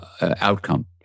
outcome